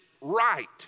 right